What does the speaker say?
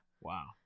Wow